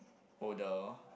older